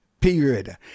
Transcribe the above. period